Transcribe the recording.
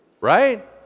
right